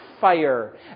fire